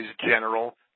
general